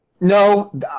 No